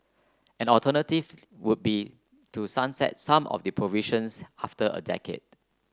an alternative would be to sunset some of the provisions after a decade